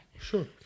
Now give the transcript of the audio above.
Sure